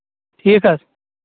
ٹھیٖک حظ